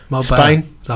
Spain